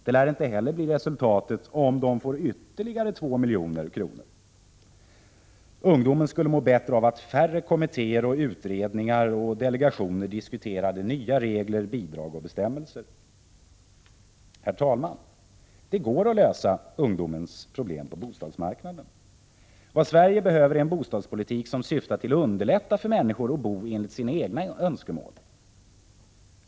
Det lär inte heller bli resultatet om den får ytterligare 2 milj.kr. Ungdomen skulle må bättre av att färre kommittéer, utredningar och delegationer diskuterade nya regler, bidrag och bestäm | melser. Herr talman! Det går att lösa ungdomens problem på bostadsmarknaden. Vad Sverige behöver är en bostadspolitik som syftar till att underlätta för människor att få bo enligt sina egna önskemål.